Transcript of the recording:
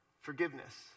Forgiveness